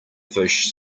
fish